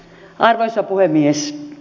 arvoisa puhemies